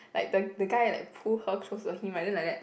like the the guy like pull her close to him right then like that